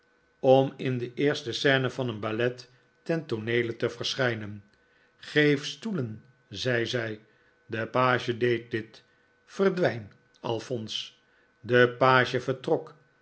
om in de eerste scene van een ballet ten tooneele te verschijnen geef stoelen zei zij de page deed dit verdwijn alphonse de page vertrok